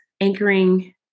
anchoring